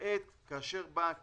כבוד היושב-ראש,